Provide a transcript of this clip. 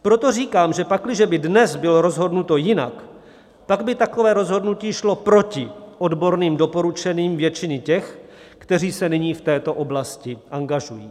Proto říkám, že pakliže by dnes bylo rozhodnuto jinak, pak by takové rozhodnutí šlo proti odborným doporučením většiny těch, kteří se nyní v této oblasti angažují.